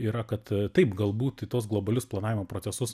yra kad taip galbūt į tuos globalius planavimo procesus